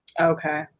Okay